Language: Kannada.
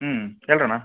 ಹ್ಞೂ ಹೇಳ್ರಣ್ಣ